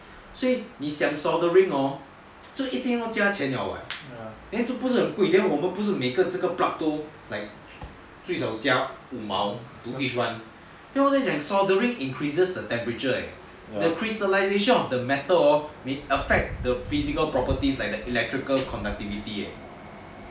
所以你讲 souldering hor 一定要加钱了 [what] then 不是很贵 then 不是我们每个这个 plug 至少加五毛 then 我就讲 souldering increases the temperature leh the crystallisation of the metal hor may affect the physical properties like the electrical conductivity eh then